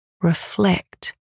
reflect